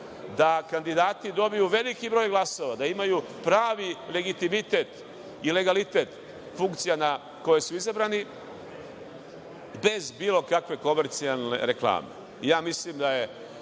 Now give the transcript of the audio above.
da kandidati dobiju veliki broj glasova, da imaju pravi legitimitet i legalitet funkcija na koje su izabrani, bez bilo kakve komercijalne reklame. Mislim da je